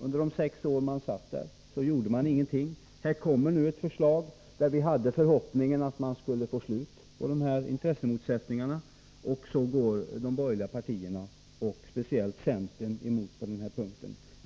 Under de sex år som de borgerliga satt i regeringsställning gjorde de ingenting. Här föreligger nu ett förslag, och vi hade förhoppningen att det skulle bli slut på intressemotsättningarna — men så går de borgerliga partierna, framför allt centern, emot förslaget på den här punkten.